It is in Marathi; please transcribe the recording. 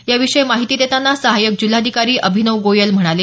याविषयी माहिती देताना सहाय्यक जिल्हाधिकारी अभिनव गोयल म्हणाले